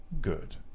good